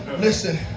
Listen